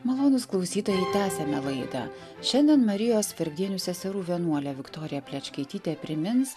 malonūs klausytojai tęsiame laidą šiandien marijos vargdienių seserų vienuolė viktorija plečkaitytė primins